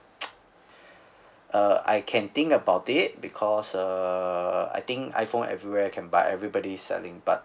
I can think about it because uh I think iPhone everywhere can buy everybody selling but